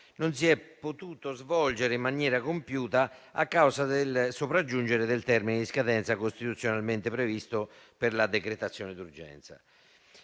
non si è potuto svolgere in maniera compiuta a causa del sopraggiungere del termine in scadenza costituzionalmente previsto per la decretazione d'urgenza.